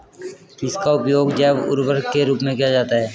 किसका उपयोग जैव उर्वरक के रूप में किया जाता है?